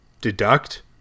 deduct